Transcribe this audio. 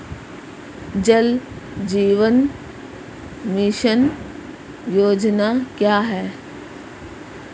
जल जीवन मिशन योजना क्या है?